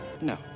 No